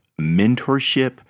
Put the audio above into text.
mentorship